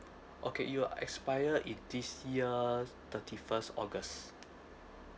okay it'll expire in this year thirty first august